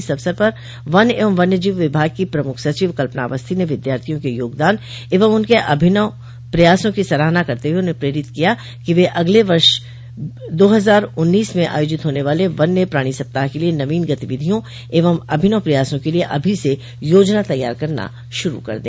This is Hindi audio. इस अवसर पर वन एवं वन्यजीव विभाग की प्रमुख सचिव कल्पना अवस्थी ने विद्यार्थियों के योगदान एवं उनके अभिनव प्रयासों की सराहना करते हुए उन्हें प्रेरित किया कि वे अगले वर्ष दो हजार उन्नीस में आयोजित होने वाले वन्य प्राणी सप्ताह के लिए नवीन गतिविधियों एवं अभिनव प्रयासों के लिए अभी से योजना तैयार करना शुरू कर दे